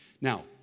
Now